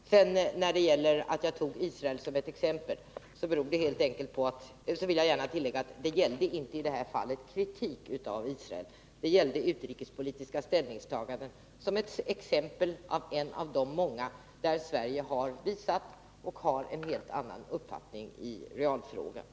Med anledning av att jag tog Israel som exempel vill jag gärna tillägga att det i detta fall inte gällde kritik av Israel. Det var i stället ett av många exempel på ett utrikespolitiskt ställningstagande där Sverige har en helt annan uppfattning i realfrågan och också har gett denna uppfattning till känna.